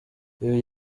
ibi